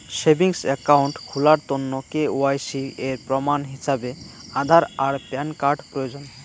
savings account খুলার তন্ন KYC এর প্রমাণ হিছাবে আধার আর প্যান কার্ড প্রয়োজন